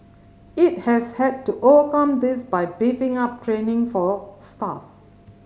it has had to overcome this by beefing up training for staff